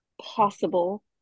possible